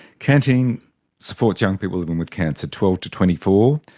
canteen supports young people living with cancer, twelve to twenty four.